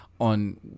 on